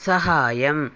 സഹായം